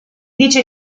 dice